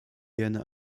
gerne